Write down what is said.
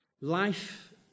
life